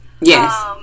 Yes